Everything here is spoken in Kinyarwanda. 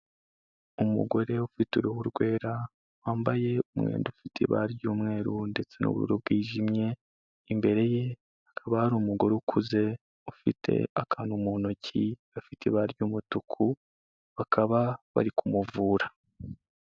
Umugore ufite uruhu rwera wambaye umwenda ufite ibara ry'umweru ndetse n'ubururu bwijimye, imbere ye hakaba hari umugore ukuze ufite akantu mu ntoki gafite ibara ry'umutuku bakaba bari kumuvura.